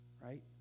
right